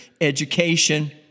education